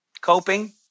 coping